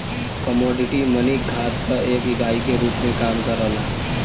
commodity money खात क एक इकाई के रूप में काम करला